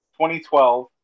2012